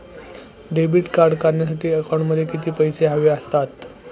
Debit card काढण्यासाठी अकाउंटमध्ये किती पैसे हवे असतात?